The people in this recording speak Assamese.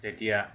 তেতিয়া